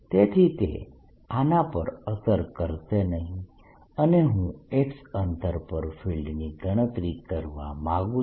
તેથી તે આના પર અસર કરશે નહીં અને હું x અંતર પર ફિલ્ડની ગણતરી કરવા માંગુ છું